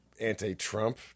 anti-Trump